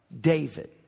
David